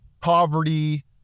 poverty